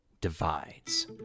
Divides